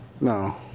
No